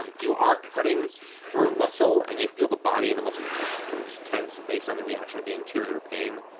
um you are cutting through muscle, and you feel the body and the muscle kind of kind of just tense based on the reaction of the interior pain.